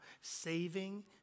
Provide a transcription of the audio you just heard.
saving